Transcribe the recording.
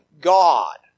God